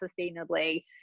sustainably